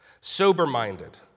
sober-minded